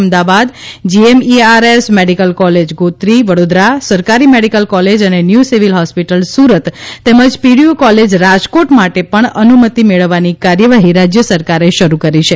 Ahmedabad GMERS medical college Gotri Vadodara સરકારી medical college અને new civil hospital Surat તેમજ પીડીયુ કોલેજ રાજકોટ માટે પણ અનુમતી મેળવવાની કાર્યવાહી રાજય સરકારે શરૂ કરી છે